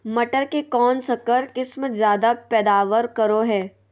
मटर के कौन संकर किस्म जायदा पैदावार करो है?